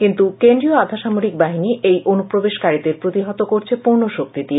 কিন্তু কেন্দ্রীয় আধা সামরিক বাহিনী এই অনুপ্রবেশকারীদের প্রতিহত করছে পূর্ণ শক্তি দিয়ে